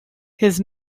his